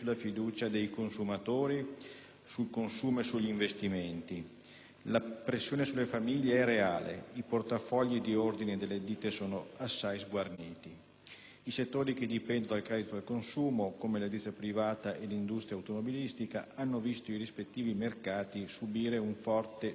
sul consumo e sugli investimenti. La pressione sulle famiglie è reale. I portafogli di ordine delle ditte sono assai sguarniti. I settori che dipendono dal credito al consumo, come l'edilizia privata e l'industria automobilistica, hanno visto i rispettivi mercati subire un forte deterioramento in molti Stati membri.